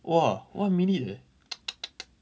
!wah! one minute leh